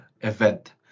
event